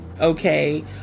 okay